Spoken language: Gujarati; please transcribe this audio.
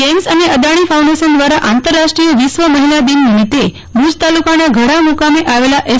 ગેઈમ્સ અને અદાણી ફાઉન્ડેશન દ્વારા આંતરરાષ્ટ્રીય વિશ્વ મહિલાદિન નિમિત્તે ભુજ તાલુકાના ગડા મુકામે આવેલા એસ